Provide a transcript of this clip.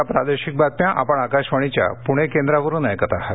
या प्रादेशिक बातम्या आपण आकाशवाणीच्या पुणे केंद्रावरुन ऐकत आहात